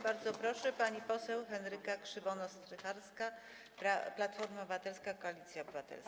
Bardzo proszę, pani poseł Henryka Krzywonos-Strycharska, Platforma Obywatelska - Koalicja Obywatelska.